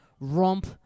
Romp